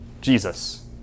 jesus